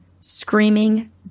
screaming